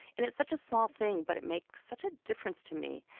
and it's such a small thing, but it makes such a difference to me.